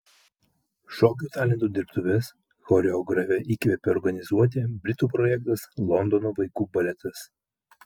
šokio talentų dirbtuves choreografę įkvėpė organizuoti britų projektas londono vaikų baletas